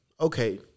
okay